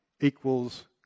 equals